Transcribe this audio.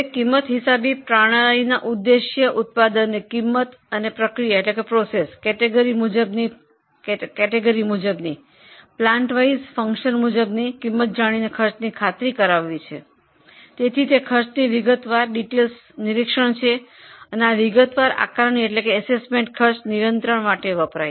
પડતર હિસાબી કરણ પ્રણાલીના ઉદ્દેશો છે ઉત્પાદનનો ખર્ચ પ્રક્રિયા કેટેગરી પ્લાન્ટ અને ફંક્શન મુજબ ખાતરીપૂર્વક જાણકારી કરવી ખર્ચની વિગતવાર ખાતરી પૂર્વક જાણકારી માટે ખર્ચ નિયંત્રણ લાગુ થાય છે